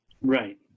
Right